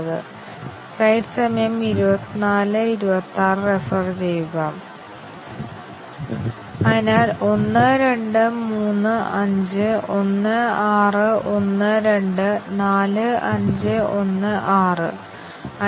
കൂടാതെ ഇത് ഇതിനകം തന്നെ പറഞ്ഞതുപോലെ ഇത് പരിശോധനയുടെ സമഗ്രതയുടെയും ടെസ്റ്റ് വലുപ്പത്തിന്റെയും നല്ല ബാലൻസ് നൽകുന്നു